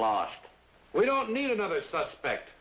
lost we don't need another suspect